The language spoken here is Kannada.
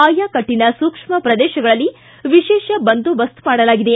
ಆಯಾಕಟ್ಟಿನ ಸೂಕ್ಷ್ಮ ಪ್ರದೇಶಗಳಲ್ಲಿ ವಿಶೇಷ ಬಂದೋಬಸ್ತ್ ಮಾಡಲಾಗಿದೆ